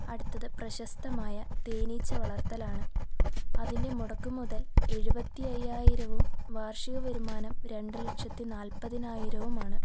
അടുത്തത് പ്രശസ്തമായ തേനീച്ച വളർത്തലാണ് അതിൻ്റെ മുടക്കു മുതൽ എഴുപത്തി അയ്യായിരവും വാർഷിക വരുമാനം രണ്ട് ലക്ഷത്തി നാൽപ്പതിനായിരവുമാണ്